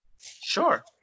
sure